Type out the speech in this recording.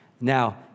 Now